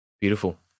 Beautiful